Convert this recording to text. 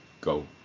go